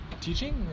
teaching